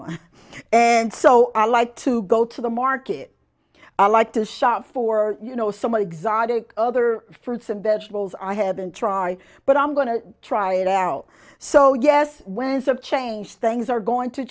one and so i like to go to the market i like to shop for you know someone exotic other fruits and vegetables i haven't tried but i'm going to try it out so yes winds of change things are going to